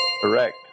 Correct